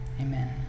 Amen